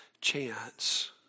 chance